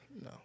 No